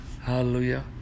Hallelujah